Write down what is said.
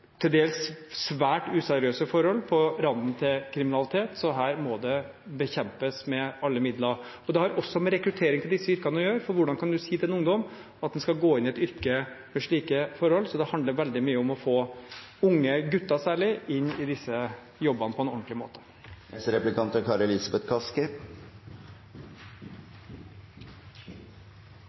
til dels svært useriøse forhold – på randen til kriminalitet – så dette må bekjempes med alle midler. Og det har også med rekruttering til disse yrkene å gjøre, for hvordan kan man si til en ungdom at han skal gå inn i et yrke med slike forhold? Det handler veldig mye om å få unge, særlig gutter, inn i disse jobbene på en ordentlig